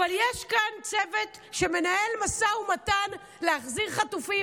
אבל יש כאן צוות שמנהל משא ומתן להחזיר חטופים,